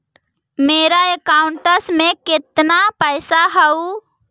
मेरा अकाउंटस में कितना पैसा हउ?